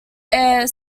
air